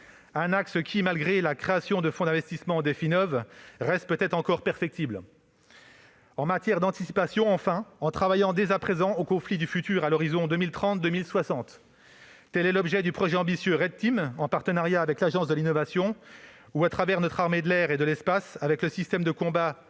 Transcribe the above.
Cet axe, malgré la création du fonds d'investissement Definnov, reste perfectible. En matière d'anticipation, enfin, il travaille dès à présent aux conflits du futur, à l'horizon 2030-2060. Tel est l'objet du projet ambitieux, en partenariat avec l'Agence de l'innovation de défense, ou à travers notre armée de l'air et de l'espace, avec le système de combat